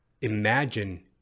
Imagine